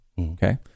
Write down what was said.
Okay